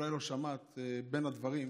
אולי לא שמעת בין הדברים,